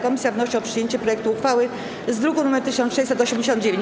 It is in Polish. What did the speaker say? Komisja wnosi o przyjęcie projektu uchwały z druku nr 1689.